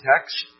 text